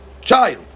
child